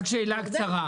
שאלה קצרה.